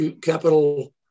capital